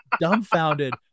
dumbfounded